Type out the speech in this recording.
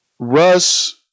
Russ